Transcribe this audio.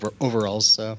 overalls